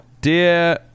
Dear